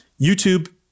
YouTube